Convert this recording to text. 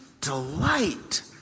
delight